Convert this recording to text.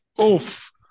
Oof